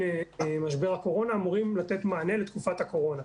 משבר הקורונה אמורים לתת מענה לתקופת הקורונה,